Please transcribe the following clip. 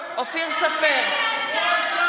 ראש הממשלה